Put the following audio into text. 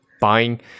buying